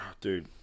Dude